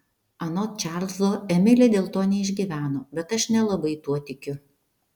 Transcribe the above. anot čarlzo emilė dėl to neišgyveno bet aš nelabai tuo tikiu